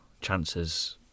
chances